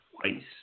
twice